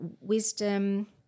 wisdom